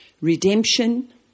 redemption